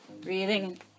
Breathing